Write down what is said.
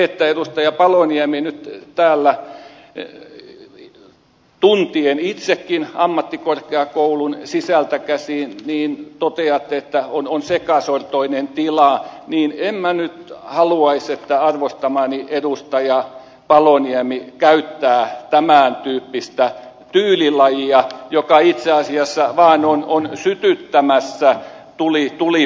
kun edustaja paloniemi nyt täällä tuntien itsekin ammattikorkeakoulun sisältä käsin toteatte että on sekasortoinen tila niin en minä nyt haluaisi että arvostamani edustaja paloniemi käyttää tämäntyyppistä tyylilajia joka itse asiassa vaan on sytyttämässä tulipaloa